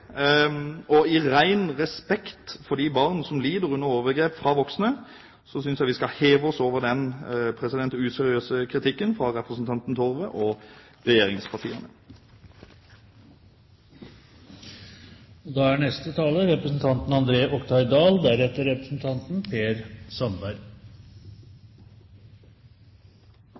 I ren respekt for de barn som lider under overgrep fra voksne, synes jeg vi skal heve oss over den useriøse kritikken fra representanten Torve og regjeringspartiene. Jeg oppfatter at Fremskrittspartiet er